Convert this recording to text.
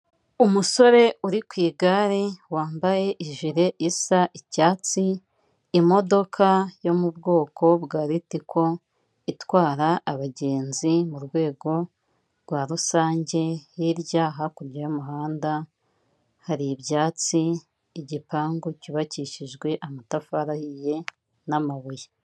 Umusore uri ku igare wambaye ijere isa icyatsi, imodoka yo mu bwoko bwa ritiko itwara abagenzi mu rwego rwa rusange, hirya hakurya y'umuhanda hari ibyatsi, igipangu cyubakishijwe amatafari ahiye n'amabuye.